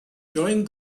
joined